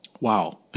Wow